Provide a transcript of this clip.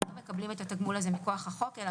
הם לא מקבלים את התגמול הזה מכוח החוק אלא